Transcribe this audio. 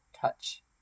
touch